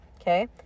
Okay